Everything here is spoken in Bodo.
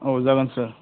औ जागोन सार